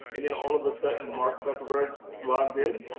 and then all of a sudden, mark zuckerberg logged in,